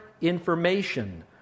information